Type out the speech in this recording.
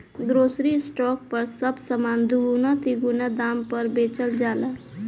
grocery store पर सब सामान दुगुना तीन गुना दाम पर बेचल जाला